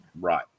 Right